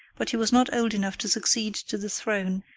but he was not old enough to succeed to the throne,